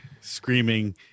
screaming